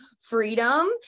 freedom